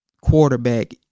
quarterback